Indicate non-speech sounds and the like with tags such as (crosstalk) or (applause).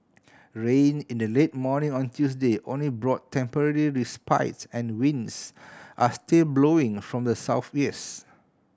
rain in the late morning on Tuesday only brought temporary respites and winds are still blowing from the (unintelligible)